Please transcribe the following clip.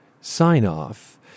sign-off